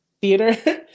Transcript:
theater